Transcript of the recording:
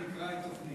זה נקרא: אין תוכנית.